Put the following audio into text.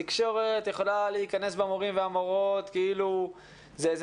התקשורת יכולה להיכנס במורים ובמורות כאילו זה איזה